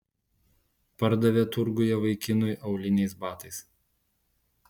pardavė turguje vaikinui auliniais batais